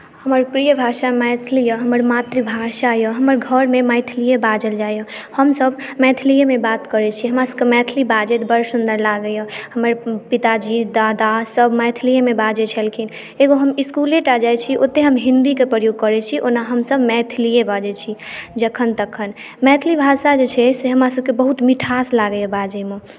हमर प्रिय भाषा मैथिली यऽ हमर मातृभाषा यऽ हमर घरमे मैथिलीये बाजल जाइ यऽ हमसब मैथिलीयेमे बात करै छी हमरा सब के मैथिली बाजैत बड सुन्दर लागैया हमर पिताजी दादा सब मैथिलीये मे बाजै छलखिन हम इसकुले टा जाइ छी ओतय हम हिन्दी के प्रयोग करै छी ओना हमसब मैथिलीये बाजै छी जखन तखन मैथिली भाषा जे छै से हमरा सबकेँ बहुत मिठास लागैया बाजै मे